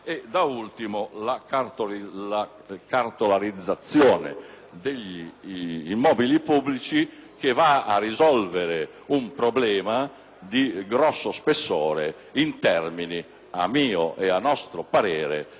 degli immobili pubblici, che va a risolvere un problema di grande spessore, in termini, a mio ed a nostro parere, del tutto utili e del tutto congrui.